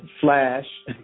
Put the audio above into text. Flash